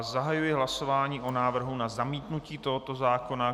Zahajuji hlasování o návrhu na zamítnutí tohoto zákona.